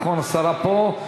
נכון, השרה פה.